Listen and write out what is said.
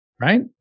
Right